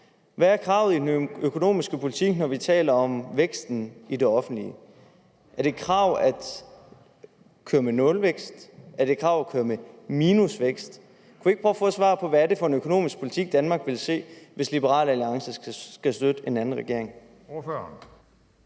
Hvad er kravet til den økonomiske politik, når vi taler om væksten i offentlige? Er det et krav, at man skal køre med nulvækst? Er det et krav, at man skal køre med minusvækst? Kunne vi ikke få et svar på, hvad det er for en økonomisk politik, Danmark vil se, hvis Liberal Alliance skal støtte en anden regering?